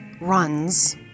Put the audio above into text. runs